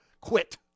Quit